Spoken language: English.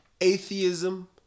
atheism